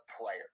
player